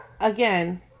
again